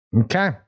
Okay